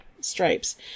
stripes